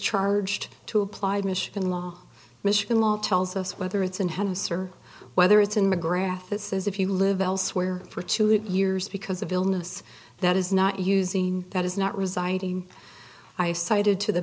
charged to applied michigan law michigan law tells us whether it's an had a server whether it's in the graph it says if you live elsewhere for two years because of illness that is not using that is not residing i cited to the